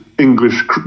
English